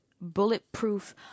bulletproof